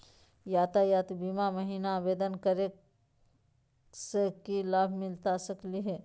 यातायात बीमा महिना आवेदन करै स की लाभ मिलता सकली हे?